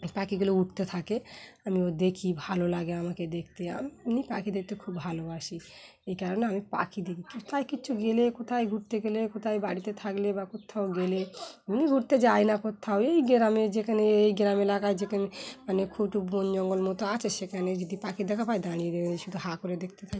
পাখিগুলো উড়তে থাকে আমি ও দেখি ভালো লাগে আমাকে দেখতে এমনি পাখি দেখতে খুব ভালোবাসি এই কারণে আমি পাখি দেখি কোথায় কিচ্ছু গেলে কোথায় ঘুরতে গেলে কোথায় বাড়িতে থাকলে বা কোথাও গেলে এমনি ঘুরতে যায় না কোথাও এই গ্রামে যেখানে এই গ্রাম এলাকায় যেখানে মানে বন জঙ্গল মতো আছে সেখানে যদি পাখি দেখা পায় দাঁড়িয়ে শুধু হাঁ করে দেখতে থাক